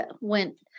went